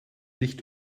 nicht